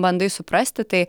bandai suprasti tai